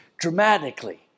dramatically